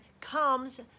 comes